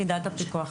יחידת הפיקוח.